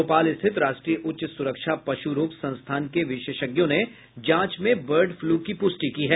भोपाल स्थित राष्ट्रीय उच्च सुरक्षा पशुरोग संस्थान के विशेषज्ञों ने जांच में बर्ड फ्लू की प्रष्टि की है